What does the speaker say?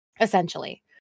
essentially